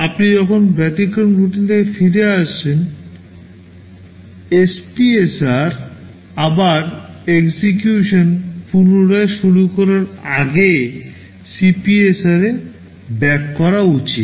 আপনি যখন ব্যতিক্রম রুটিন থেকে ফিরে আসেন SPSR আপনার এক্সিকিউশন পুনরায় শুরু করার আগে CPSR ব্যাক করা উচিত